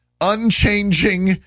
unchanging